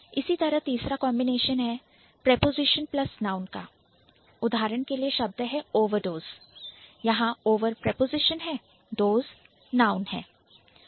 इसी तरह तीसरा कंबीनेशन है Preposition Plus Noun preposition plus noun उदाहरण के लिए शब्द है Overdose ओवरडोज और यहां ओवर प्रपोजिशन है और डोज नाउन है